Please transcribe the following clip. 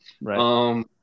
Right